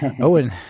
Owen